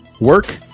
work